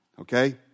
Okay